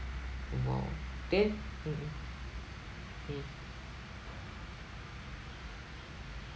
!wow! then mm mm mm